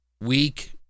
weak